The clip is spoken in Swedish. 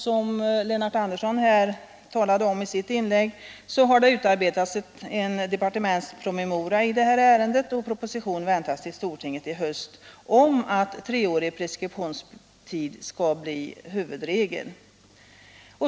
Som Lennart Andersson talade om i sitt inlägg har det utarbetats en departementspromemoria i detta ärende, och proposition väntas till stortinget i höst om att treårig preskriptionstid skall bli huvudregel.